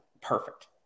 perfect